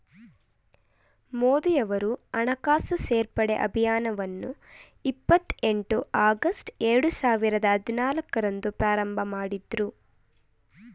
ಮೋದಿಯವರು ಹಣಕಾಸು ಸೇರ್ಪಡೆ ಅಭಿಯಾನವನ್ನು ಇಪ್ಪತ್ ಎಂಟು ಆಗಸ್ಟ್ ಎರಡು ಸಾವಿರದ ಹದಿನಾಲ್ಕು ರಂದು ಪ್ರಾರಂಭಮಾಡಿದ್ರು